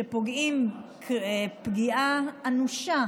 שפוגעים פגיעה אנושה